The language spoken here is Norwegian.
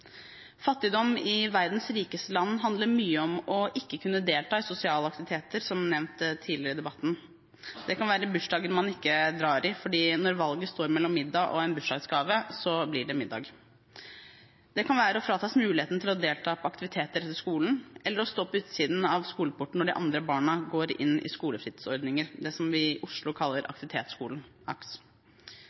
Fattigdom i verdens rikeste land handler mye om ikke å kunne delta i sosiale aktiviteter, som nevnt tidligere i debatten. Det kan være bursdager man ikke drar i, for når valget står mellom middag og en bursdagsgave, blir det middag. Det kan være å fratas muligheten til å delta i aktiviteter etter skolen, eller å stå på utsiden av skoleporten når de andre barna går inn i skolefritidsordningen, det som vi i Oslo kaller aktivitetsskolen, AKS.